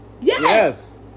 Yes